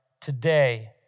Today